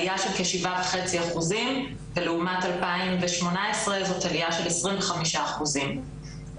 עלייה שכ-7.5 אחוזים ולעומת 2018 זאת עלייה של 25 אחוזים,